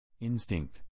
Instinct